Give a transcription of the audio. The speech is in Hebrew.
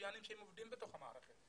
מצוינים שהם עובדים בתוך המערכת.